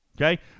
Okay